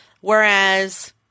Whereas